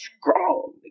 strong